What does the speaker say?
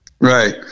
Right